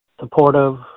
supportive